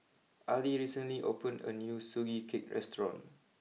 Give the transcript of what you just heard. Ali recently opened a new Sugee Cake restaurant